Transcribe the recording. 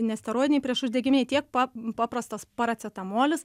nesteroidiniai priešuždegiminiai tiek pa paprastas paracetamolis